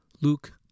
Luke